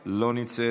לא נמצאת,